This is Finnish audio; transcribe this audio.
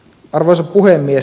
arvoisa puhemies